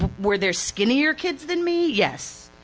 were there skinnier kids than me? yes.